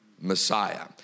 Messiah